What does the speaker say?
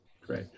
Great